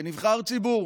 כנבחר ציבור,